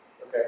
Okay